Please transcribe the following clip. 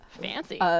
Fancy